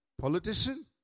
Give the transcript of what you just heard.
politician